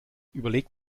überlegt